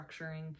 structuring